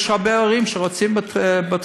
יש הרבה ערים שרוצות בית-חולים